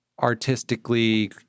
artistically